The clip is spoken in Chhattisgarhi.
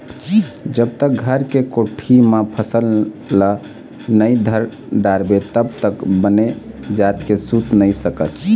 जब तक घर के कोठी म फसल ल नइ धर डारबे तब तक बने जात के सूत नइ सकस